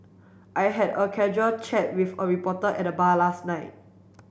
I had a casual chat with a reporter at the bar last night